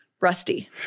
rusty